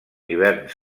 hiverns